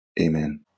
Amen